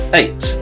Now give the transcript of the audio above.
eight